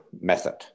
method